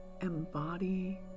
embody